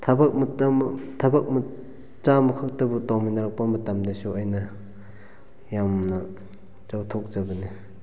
ꯊꯕꯛ ꯊꯕꯛ ꯆꯥꯝꯃ ꯈꯛꯇꯕꯨ ꯇꯧꯃꯤꯟꯅꯔꯛꯄ ꯃꯇꯝꯗꯁꯨ ꯑꯩꯅ ꯌꯥꯝꯅ ꯆꯥꯎꯊꯣꯛꯆꯕꯅꯦ